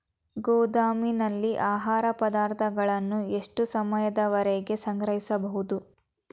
ಗೋದಾಮಿನಲ್ಲಿ ಆಹಾರ ಪದಾರ್ಥಗಳನ್ನು ಎಷ್ಟು ಸಮಯದವರೆಗೆ ಸಂಗ್ರಹಿಸಬಹುದು?